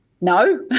No